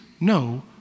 no